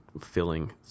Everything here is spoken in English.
filling